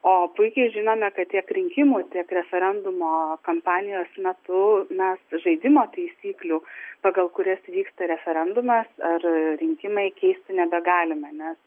o puikiai žinome kad tiek rinkimų tiek referendumo kampanijos metu mes žaidimo taisyklių pagal kurias vyksta referendumas ar rinkimai keisti nebegalime nes